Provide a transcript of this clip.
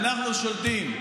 אנחנו שולטים,